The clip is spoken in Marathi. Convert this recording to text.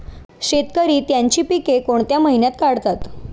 शेतकरी त्यांची पीके कोणत्या महिन्यात काढतात?